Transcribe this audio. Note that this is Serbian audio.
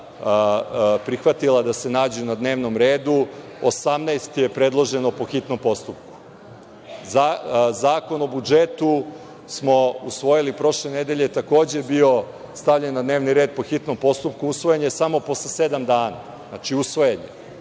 do sada prihvatila da se nađu na dnevnom redu, 18 je predloženo po hitnom postupku. Zakon o budžetu smo usvojili prošle nedelje, takođe je bio stavljen na dnevni red po hitnom postupku i usvojen je samo posle sedam dana. Znači, usvojen je